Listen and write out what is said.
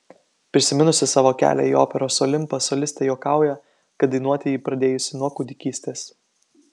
prisiminusi savo kelią į operos olimpą solistė juokauja kad dainuoti ji pradėjusi nuo kūdikystės